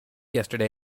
yesterday